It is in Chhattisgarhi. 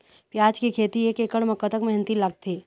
प्याज के खेती एक एकड़ म कतक मेहनती लागथे?